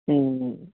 ਹੂੰ